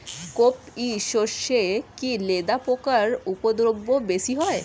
কোপ ই সরষে কি লেদা পোকার উপদ্রব বেশি হয়?